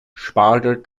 spargel